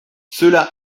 cela